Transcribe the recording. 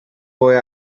boy